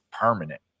permanent